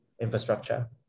infrastructure